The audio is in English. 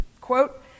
quote